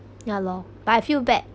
ya lor but I feel bad